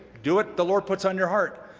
do what the lord puts on your heart.